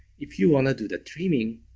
if you wanna do the trimming,